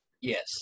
Yes